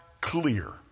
clear